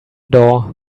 door